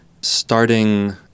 starting